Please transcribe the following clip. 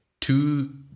two